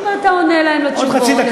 אבל אתה עונה להם על השאלות.